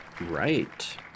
Right